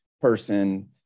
person